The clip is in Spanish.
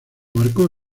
marcó